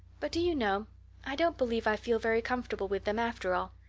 but do you know i don't believe i feel very comfortable with them after all.